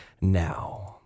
now